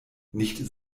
nicht